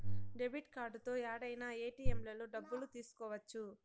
debit కార్డుతో యాడైనా ఏటిఎంలలో డబ్బులు తీసుకోవచ్చు